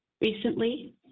recently